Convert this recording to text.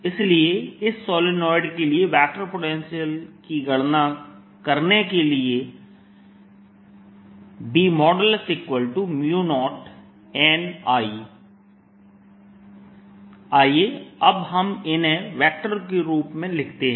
इसलिए इस सोलेनोइड के लिए वेक्टर पोटेंशियल की गणना करने के लिए है B0nI आइए अब इन्हें वेक्टर के रूप में लिखते हैं